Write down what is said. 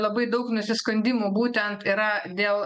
labai daug nusiskundimų būtent yra dėl